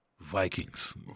Vikings